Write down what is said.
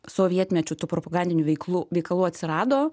sovietmečiu tų propagandinių veiklų veikalų atsirado